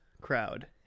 Crowd